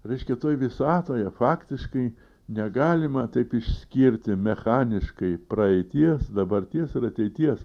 reiškia toj visatoje faktiškai negalima taip išskirti mechaniškai praeities dabarties ir ateities